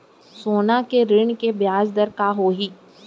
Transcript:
सोना के ऋण के ब्याज दर का होही?